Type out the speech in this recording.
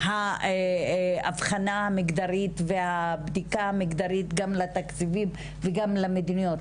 ההבחנה המגדרית והבדיקה המגדרית גם בתקציבים וגם במדיניות.